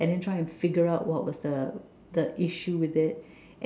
and then try to figure it out what was the the issue with it